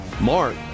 Mark